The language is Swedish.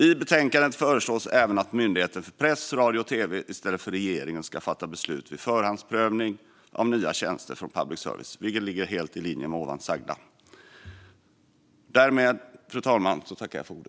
I betänkandet föreslås även att Myndigheten för press, radio och tv i stället för regeringen ska fatta beslut vid förhandsprövning av nya tjänster från public service, vilket ligger helt i linje med det tidigare sagda.